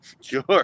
Sure